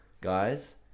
guys